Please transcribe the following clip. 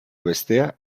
bestea